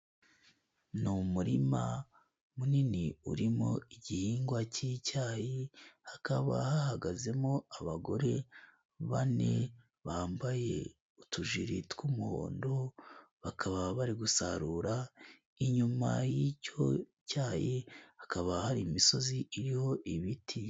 Ni umurima munini urimo igihingwa cy'icyayi, hakaba hahagazemo abagore bane, bambaye utujiri tw'umuhondo ,bakaba bari gusarura, inyuma y'icyo cyayi hakaba hari imisozi iriho ibiti.